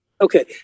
Okay